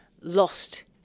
lost